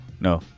no